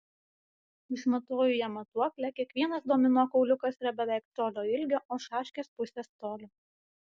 išmatuoju ją matuokle kiekvienas domino kauliukas yra beveik colio ilgio o šaškės pusės colio